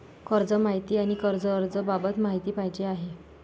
कर्ज माहिती आणि कर्ज अर्ज बाबत माहिती पाहिजे आहे